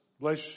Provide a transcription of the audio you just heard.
Bless